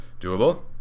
doable